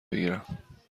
بگیرم